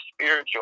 spiritual